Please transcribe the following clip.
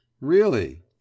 Really